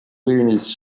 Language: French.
réunissent